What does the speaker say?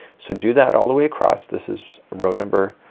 so do that all the way across this is row number ah,